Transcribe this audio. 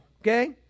okay